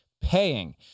paying